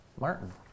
Martin